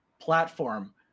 platform